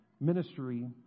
Ministry